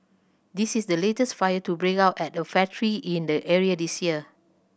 this is the latest fire to break out at a factory in the area this year